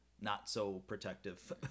not-so-protective